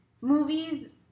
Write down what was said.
movies